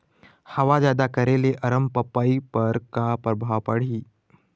हवा जादा करे ले अरमपपई पर का परभाव पड़िही?